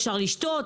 אפשר לשתות,